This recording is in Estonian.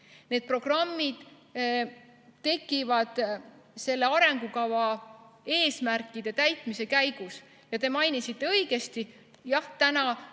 Need programmid tekivad selle arengukava eesmärkide täitmise käigus. Ja te mainisite õigesti, jah, üks